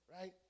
right